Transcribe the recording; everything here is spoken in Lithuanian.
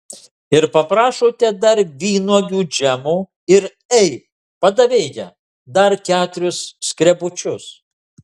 ir paprašote dar vynuogių džemo ir ei padavėja dar keturis skrebučius